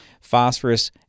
Phosphorus